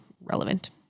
relevant